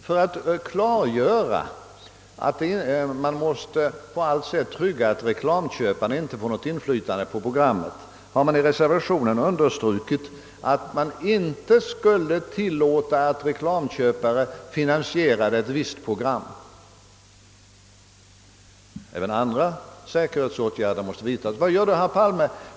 För att klargöra att man på allt sätt måste trygga att reklamköparna inte får något inflytande på programmet har vi i reservationen understrukit, att det inte skall tillåtas reklamköparna att finansiera ett visst program. Även andra säkerhetsåtgärder måste vidtagas. Vad gör då herr Palme?